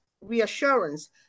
reassurance